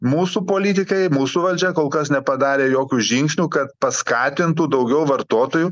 mūsų politikai mūsų valdžia kol kas nepadarė jokių žingsnių kad paskatintų daugiau vartotojų